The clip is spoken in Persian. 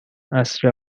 عصر